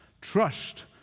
trust